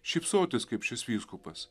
šypsotis kaip šis vyskupas